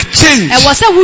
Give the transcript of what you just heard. change